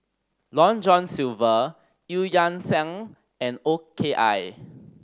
Long John Silver Eu Yan Sang and O K I